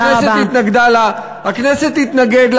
הכנסת התנגדה לה, הכנסת תתנגד לה.